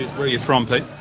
where are you from, pete?